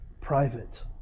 private